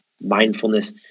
mindfulness